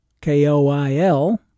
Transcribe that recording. K-O-I-L